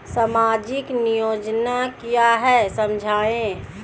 सामाजिक नियोजन क्या है समझाइए?